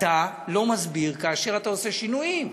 אתה לא מסביר כאשר אתה עושה שינויים?